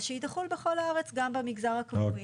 אז שהיא תחול בכל הארץ גם במגזר הכפרי.